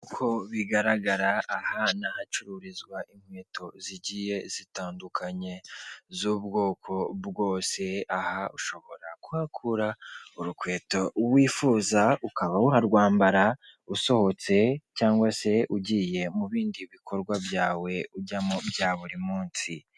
Nk'uko bigaragara aha ni ahacururizwa inkweto zigiye zitandukanye z'ubwoko bwose. Aha ushobora kuhakura urukweto wifuza ukaba warwambara usohotse cyangwa se ugiye mu bindi bikorwa byawe ujyamo bya buri munsi.